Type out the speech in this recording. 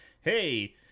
Hey